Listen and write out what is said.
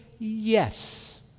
Yes